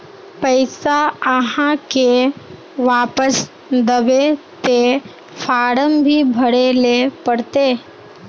पैसा आहाँ के वापस दबे ते फारम भी भरें ले पड़ते?